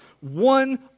One